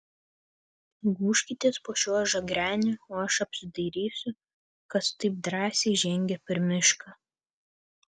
gūžkitės po šiuo žagreniu o aš apsidairysiu kas taip drąsiai žengia per mišką